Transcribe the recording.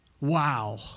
Wow